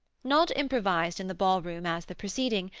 not improvised in the ballroom as the preceding,